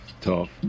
tough